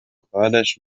خواهرش